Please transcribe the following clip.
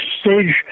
stage